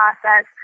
process